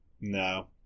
No